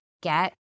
get